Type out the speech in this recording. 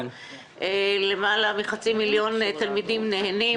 יותר מחצי מיליון תלמידים נהנים,